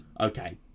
Okay